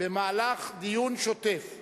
במהלך דיון שוטף.